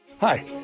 Hi